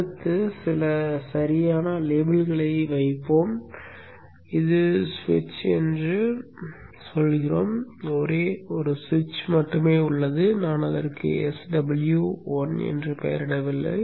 அடுத்து சில சரியான லேபிள்களை வைப்போம் இது சுவிட்ச் என்று சொல்கிறோம் ஒரே ஒரு சுவிட்ச் மட்டுமே உள்ளது நான் அதற்கு Sw 1 என்று பெயரிடவில்லை